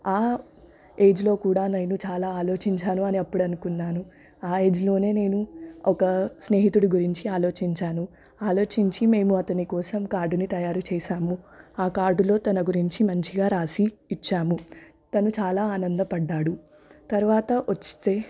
ఏజ్లో కూడా నేను చాలా ఆలోచించాను అని అప్పుడనుకున్నాను ఏజ్లోనే నేను ఒక స్నేహితుడి గురించి ఆలోచించాను ఆలోచించి మేము అతని కోసం కార్డుని తయారు చేసాము కార్డులో తన గురించి మంచిగా రాసి ఇచ్చాము తను చాలా ఆనందపడ్డాడు తర్వాత వస్తే